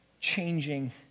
changing